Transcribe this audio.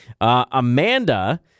Amanda